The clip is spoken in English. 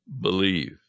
believe